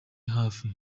hafi